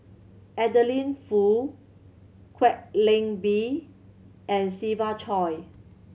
Adeline Foo Kwek Leng Beng and Siva Choy